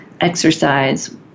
exercise